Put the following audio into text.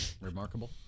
Remarkable